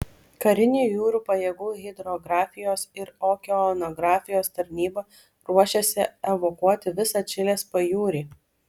karinių jūrų pajėgų hidrografijos ir okeanografijos tarnyba ruošiasi evakuoti visą čilės pajūrį